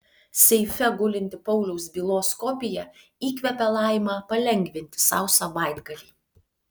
seife gulinti pauliaus bylos kopija įkvepia laimą palengvinti sau savaitgalį